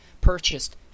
purchased